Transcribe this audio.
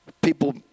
people